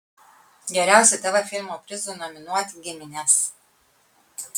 geriausio tv filmo prizui nominuoti giminės